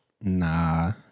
Nah